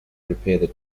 repair